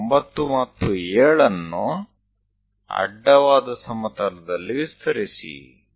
ಈ 9 ಮತ್ತು 7 ಅನ್ನು ಅಡ್ಡವಾದ ಸಮತಲದಲ್ಲಿ ವಿಸ್ತರಿಸಿ